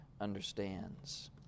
understands